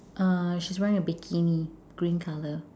uh she's wearing a bikini green color